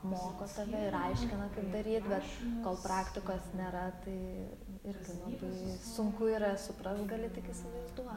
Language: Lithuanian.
moko tave ir aiškina kaip daryt bet kol praktikos nėra tai irgi labai sunku yra suprast gali tik įsivaizduot